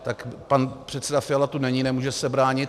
Tak pan předseda Fiala tu není, nemůže se bránit.